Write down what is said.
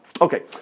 Okay